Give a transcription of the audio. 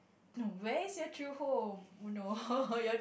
no where is your true home oh no your